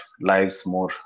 lives—more